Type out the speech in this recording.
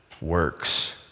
works